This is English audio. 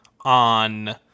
on